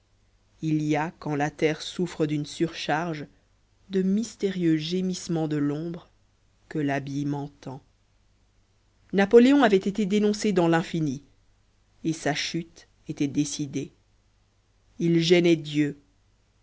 il y a quand la terre souffre d'une surcharge de mystérieux gémissements de l'ombre que l'abîme entend napoléon avait été dénoncé dans l'infini et sa